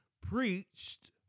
preached